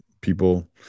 people